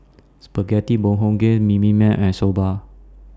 Spaghetti Bibimbap and Soba